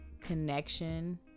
connection